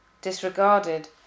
disregarded